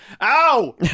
ow